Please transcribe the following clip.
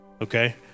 Okay